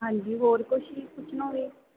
ਹਾਂਜੀ ਹੋਰ ਕੁਛ ਜੀ ਪੁੱਛਣਾ ਹੋਵੇ